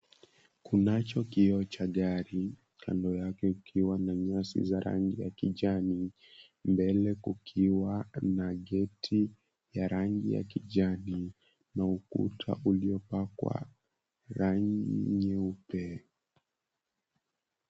Kunacho kioo cha gari kando yake kukiwa na nyasi ya rangi ya kijani mbele kukiwa na geti ya rangi ya kijani na ukuta uliopakwa rangi nyeupe.